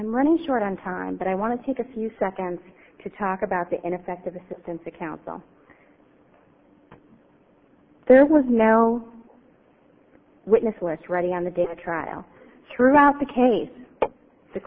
i'm running short on time but i want to take a few seconds to talk about the ineffective assistance of counsel there was no witness list ready on the day the trial throughout the case the